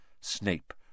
Snape